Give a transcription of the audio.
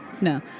No